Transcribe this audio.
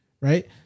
Right